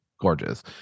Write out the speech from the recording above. gorgeous